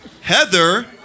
Heather